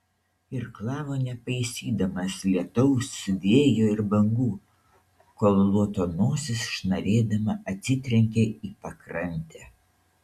irklavo nepaisydamas lietaus vėjo ir bangų kol luoto nosis šnarėdama atsitrenkė į pakrantę